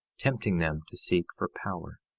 tempting them to seek for power,